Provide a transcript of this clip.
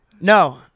No